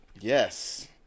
yes